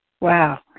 Wow